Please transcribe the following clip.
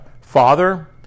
father